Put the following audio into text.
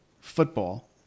football